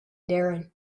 darin